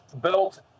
built